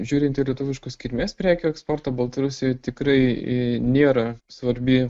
žiūrint į lietuviškos kilmės prekių eksportą baltarusijai tikrai nėra svarbi